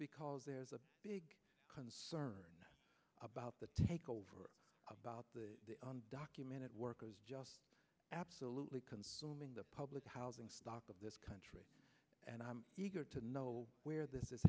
because there is a big concern about the takeover about the documented workers just absolutely consuming the public housing stock of this country and i'm eager to know where this is